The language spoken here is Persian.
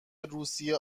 روسیه